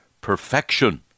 perfection